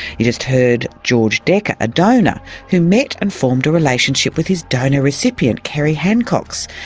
you just heard george deka, a donor who met and formed a relationship with his donor recipient kerrie hancox,